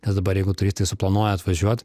nes dabar jeigu turistai suplanuoja atvažiuot